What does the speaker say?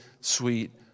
sweet